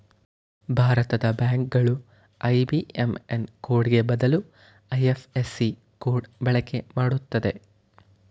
ಭಾರತದ ಬ್ಯಾಂಕ್ ಗಳು ಐ.ಬಿ.ಎಂ.ಎನ್ ಕೋಡ್ಗೆ ಬದಲು ಐ.ಎಫ್.ಎಸ್.ಸಿ ಕೋಡ್ ಬಳಕೆ ಮಾಡುತ್ತಿದೆ